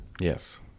Yes